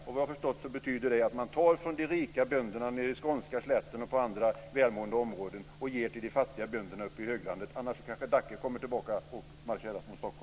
Vad jag har förstått betyder det att man tar från de rika bönderna nere på den skånska slätten och i andra välmående områden och ger till de fattiga bönderna uppe i höglandet. Gör man inte det kommer kanske